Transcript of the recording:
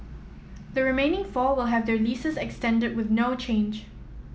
the remaining four will have their leases extended with no change